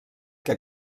que